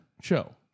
show